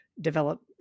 develop